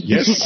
Yes